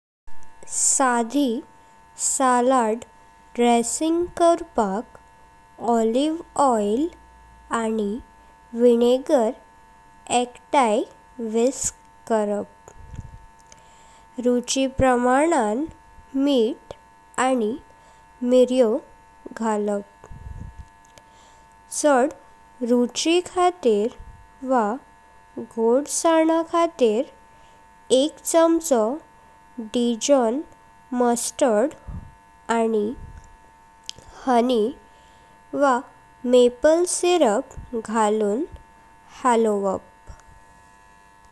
साधी salad dressing करपाक olive oil आनी व्हिनेगर एकताई व्हिस्क करप। रुचि प्रमाणां मिठ आनी मिर्यो घालप। चद रुचि खातीर वा गोडसाना खातीर एक चामचो डाइजन मस्टर्ड आनी हनी वा मॅपल सिरप घालून हालवप।